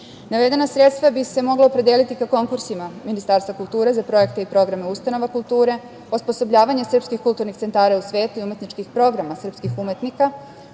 smeru. Navedena sredstva bi se mogla opredeliti kako konkursima Ministarstva kulture za projekte i programe ustanova kulture, osposobljavanje srpskih kulturnih centara u svetu i umetničkih programa srpskih umetnika